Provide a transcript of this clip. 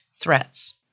Threats